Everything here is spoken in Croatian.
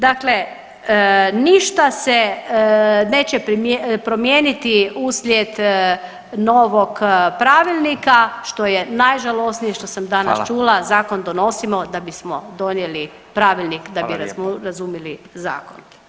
Dakle, ništa se neće promijeniti uslijed novog pravilnika, što je najžalosnije što sam danas čula [[Upadica: Hvala.]] zakon donosimo da bismo donijeli pravilnik da bi razumjeli zakon.